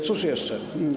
Cóż jeszcze?